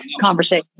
conversation